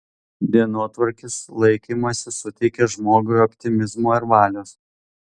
dienotvarkės laikymasis suteikia žmogui optimizmo ir valios